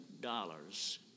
dollars